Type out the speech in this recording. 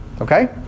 Okay